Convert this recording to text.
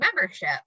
membership